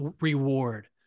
reward